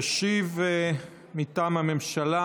תשיב מטעם הממשלה